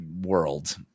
world